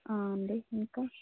అండి ఇంకా